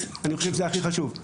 אז לא יהיה לנו ספורט